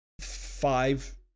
five